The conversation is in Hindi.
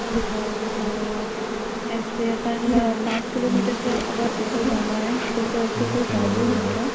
अच्छा तो ऐसे अपन पाँच किलोमीटर के अगर ऊपर जाना है तो फिर उसका कोई चार्जेस हैं क्या